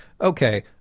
okay